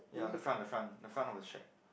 yea the front the front the front of the shed